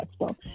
Expo